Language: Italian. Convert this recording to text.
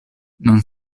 non